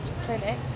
clinic